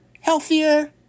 healthier